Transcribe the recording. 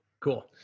Cool